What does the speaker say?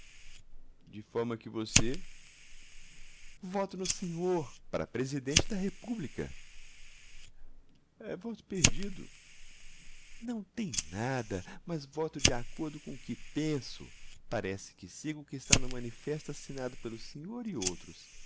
de forma que você voto no senhor para presidente da república é voto perdido não tem nada mas voto de acordo com o que penso parece que sigo o que está no manifesto assinado pelo senhor e outros